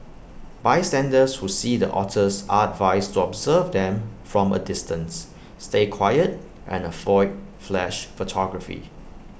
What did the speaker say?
bystanders who see the otters are advised to observe them from A distance stay quiet and avoid flash photography